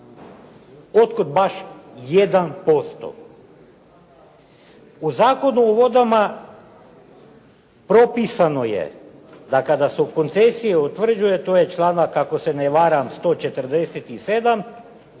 otkud baš 1%. U Zakonu o vodama propisano je da kada se koncesije utvrđuju, to je članak ako se ne varam 147.